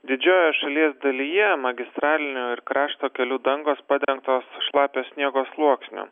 didžiojoje šalies dalyje magistralinių ir krašto kelių dangos padengtos šlapio sniego sluoksniu